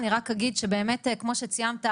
אני רק אגיד שבאמת כמו שציינת,